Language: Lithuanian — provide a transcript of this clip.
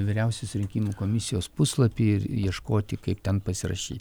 vyriausios rinkimų komisijos puslapį ir ieškoti kaip ten pasirašyt